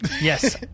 Yes